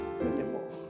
anymore